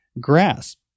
grasp